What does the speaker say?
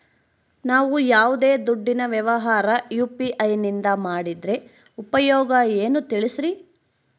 ನಾವು ಯಾವ್ದೇ ದುಡ್ಡಿನ ವ್ಯವಹಾರ ಯು.ಪಿ.ಐ ನಿಂದ ಮಾಡಿದ್ರೆ ಉಪಯೋಗ ಏನು ತಿಳಿಸ್ರಿ?